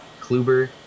Kluber